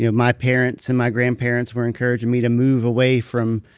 you know my parents and my grandparents were encouraging me to move away from,